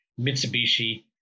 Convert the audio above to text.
Mitsubishi